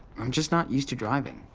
i'm just not used to driving.